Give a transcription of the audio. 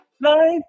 life